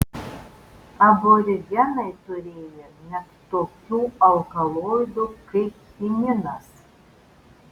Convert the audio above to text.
aborigenai turėjo net tokių alkaloidų kaip chininas